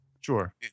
Sure